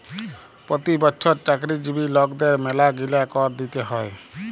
পতি বচ্ছর চাকরিজীবি লকদের ম্যালাগিলা কর দিতে হ্যয়